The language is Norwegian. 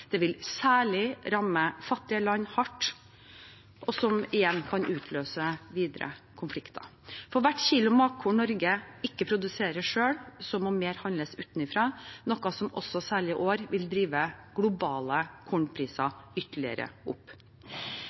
det vil særlig ramme fattige land hardt, noe som igjen kan utløse videre konflikter. For hvert kilo matkorn Norge ikke produserer selv, må mer handles utenfra, noe som også særlig i år vil drive globale kornpriser ytterligere opp.